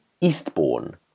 Eastbourne